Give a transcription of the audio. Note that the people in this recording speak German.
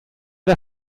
der